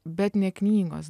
bet ne knygos